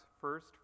first